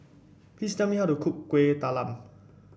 please tell me how to cook Kuih Talam